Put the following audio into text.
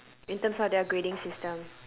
in terms of their grading system